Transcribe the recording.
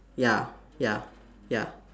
ya ya ya